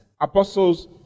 apostles